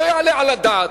לא יעלה על הדעת,